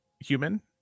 human